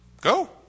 Go